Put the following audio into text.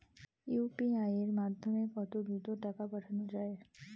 UPI এর মাধ্যমে কত দ্রুত টাকা পাঠানো যায়?